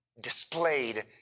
displayed